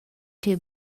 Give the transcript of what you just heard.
che